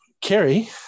Carrie